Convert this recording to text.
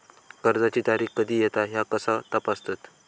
कर्जाची तारीख कधी येता ह्या कसा तपासतत?